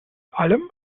allem